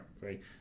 right